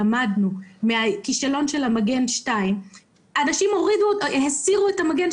לכן ההנחה שלפיה אפשר יהיה תוך שישה שבועות גם לעשות תיקוני